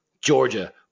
Georgia